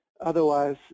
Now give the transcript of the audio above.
Otherwise